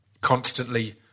constantly